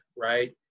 right